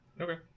Okay